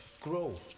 grow